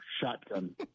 shotgun